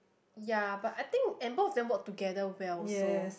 ya but I think and both of them work together well also